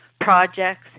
projects